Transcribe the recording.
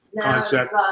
concept